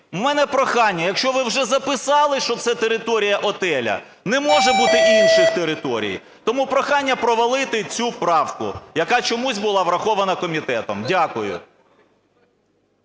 У мене прохання, якщо ви вже записали, що це територія готелю, не може бути інших територій. Тому прохання провалити цю правку, яка чомусь була врахована комітетом. Дякую.